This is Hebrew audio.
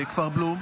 בכפר בלום.